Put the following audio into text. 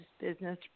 business